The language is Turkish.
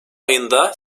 ayında